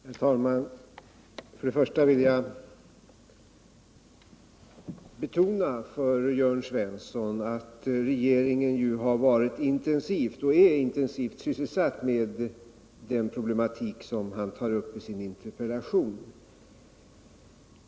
Herr talman! Först och främst vill jag betona för Jörn Svensson att regeringen har varit och är intensivt sysselsatt med den problematik som han tar upp i sin interpellation.